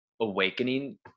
awakening